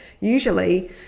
usually